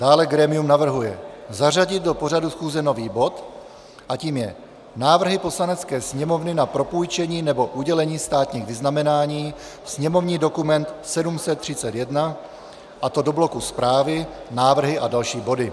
Dále grémium navrhuje zařadit do pořadu schůze nový bod, jímž je návrh Poslanecké sněmovny na propůjčení nebo udělení státních vyznamenání, sněmovní dokument 731, a to do bloku Zprávy, návrhy a další body.